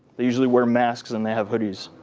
they usually wear masks and they have hoodies.